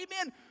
amen